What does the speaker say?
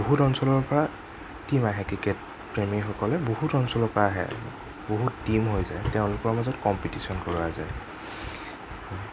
বহুত অঞ্চলৰ পৰা টিম আহে ক্ৰিকেটপ্ৰেমীসকলে বহুত অঞ্চলৰ পৰা আহে বহুত টিম হৈ যায় তেওঁলোকৰ মাজত কম্পিটিচন কৰা যায়